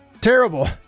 terrible